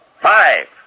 five